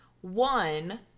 one